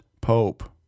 pope